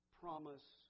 promise